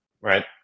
Right